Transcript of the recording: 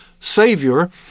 Savior